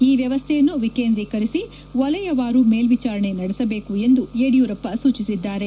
ಈ ವ್ಯವಸ್ಥೆಯನ್ನು ವೀಕೇಂದ್ರೀಕರಿಸಿ ವಲಯವಾರು ಮೇಲ್ಡಿಚಾರಣೆ ನಡೆಸಬೇಕು ಎಂದು ಯಡಿಯೂರಪ್ಪ ಸೂಚಿಸಿದ್ದಾರೆ